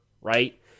right